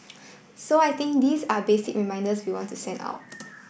so I think these are basic reminders we want to send out